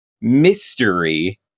mystery